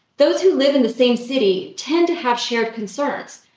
those who live in the same city tend to have shared concerns.